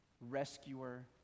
rescuer